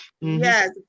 Yes